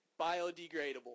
biodegradable